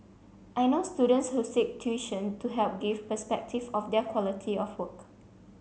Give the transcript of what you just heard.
I know students who seek tuition to help give perspective of their quality of work